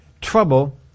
trouble